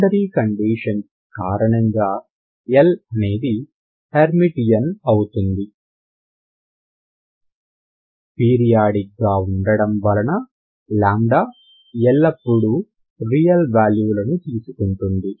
boundary conditions కారణంగా L అనేది Hermitian అవుతుంది పీరియాడిక్ గా ఉండటం వలన λ ఎల్లప్పుడూ రియల్ వాల్యూ లను తీసుకుంటుంది